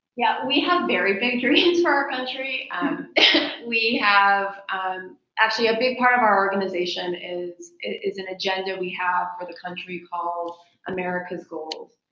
yeah we have very big dreams for our country um we have um actually a big part of our organization is is an agenda we have for the country called americas goals.